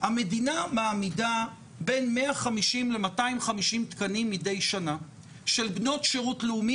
המדינה מעמידה בין 150 ל-250 תקנים מדי שנה של בנות שירות לאומי,